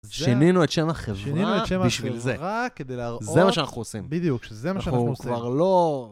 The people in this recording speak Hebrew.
(קול א) זה. שינינו את שם החברה בשביל זה. זה מה שאנחנו עושים... אנחנו כבר לא... (קול ב על קול א): שינינו את שם החברה כדי להראות... בדיוק, שזה מה שאנחנו עושים.